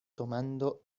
tomando